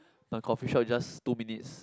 the coffeeshop is just two minutes